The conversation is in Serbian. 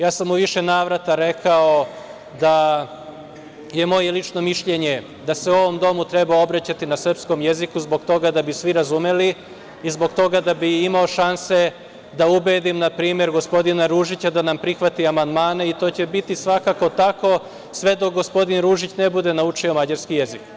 Ja sam u više navrata rekao da je moje lično mišljenje da se u ovom domu treba obraćati na srpskom jeziku, zbog toga da bi svi razumeli i zbog toga da bih imao šanse da ubedim npr. gospodina Ružića da nam prihvati amandmane i to će biti svakako tako sve dok gospodin Ružić ne bude naučio mađarski jezik.